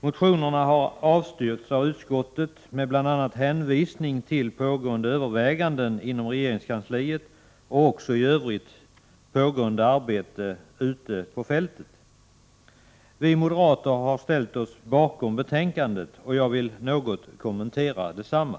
Motionerna har avstyrkts av utskottet bl.a. med hänvisning till pågående överväganden inom regeringskansliet och övrigt pågående arbete på fältet. Vi moderater står bakom betänkandet, och jag vill något kommentera detsamma.